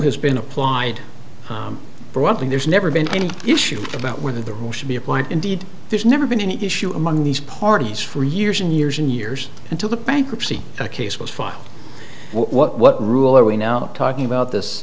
has been applied for one thing there's never been any issue about whether the rule should be applied indeed there's never been an issue among these parties for years and years and years until the bankruptcy case was filed what rule are we now talking about this